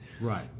Right